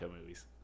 movies